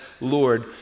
Lord